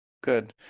Good